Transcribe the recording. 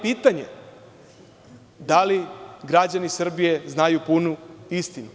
Pitanje je da li građani Srbije znaju punu istinu?